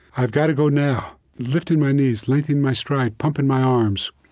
i've got to go now. lifting my knees, lengthening my stride, pumping my arms.